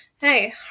Hey